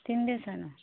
तीन दिवसानं